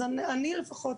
אז אני לפחות,